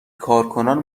کارکنان